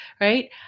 right